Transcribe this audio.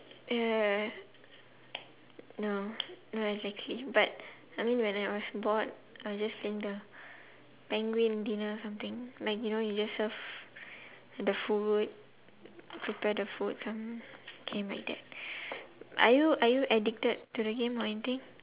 yeah no no exactly but I mean when I was bored I'll just playing the penguin dinner something like you know you just serve the food prepare the food um game like that are you are you addicted to the game or anything